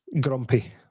grumpy